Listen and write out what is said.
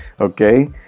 Okay